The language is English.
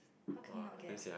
how can you not get